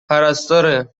پرستاره